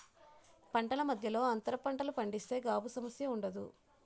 పంటల మధ్యలో అంతర పంటలు పండిస్తే గాబు సమస్య ఉండదు